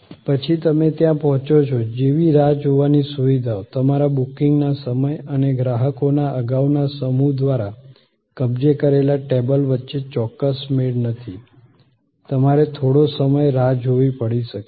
પછી તમે ત્યાં પહોંચો છો જેવી રાહ જોવાની સુવિધાઓ તમારા બુકિંગના સમય અને ગ્રાહકોના અગાઉના સમૂહ દ્વારા કબજે કરેલા ટેબલ વચ્ચે ચોક્કસ મેળ નથી તમારે થોડો સમય રાહ જોવી પડી શકે છે